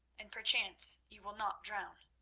and perchance you will not drown.